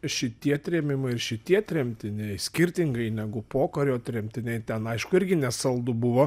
šitie trėmimai ir šitie tremtiniai skirtingai negu pokario tremtiniai ten aišku irgi nesaldu buvo